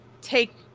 take